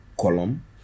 column